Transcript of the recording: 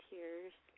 Tears